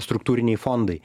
struktūriniai fondai